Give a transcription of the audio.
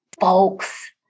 folks